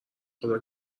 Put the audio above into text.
خدا